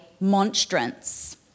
monstrance